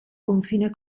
confine